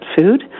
food